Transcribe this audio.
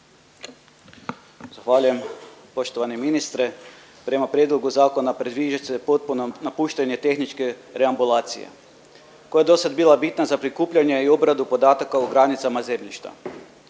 Zahvaljujem. Poštovani ministre. Prema prijedlogu zakona predviđate potpuno napuštanje tehničke reambulacije koja je do sad bila bitna za prikupljanje i obradu podataka o granicama zemljišta.